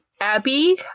Abby